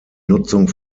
nutzung